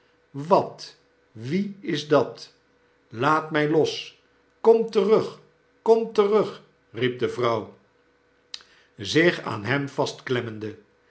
wat wie is dat laat mij los kom terug kom terug riep de vrouw zich aan hem